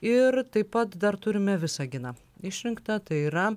ir taip pat dar turime visaginą išrinktą tai yra